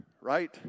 right